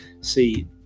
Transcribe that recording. See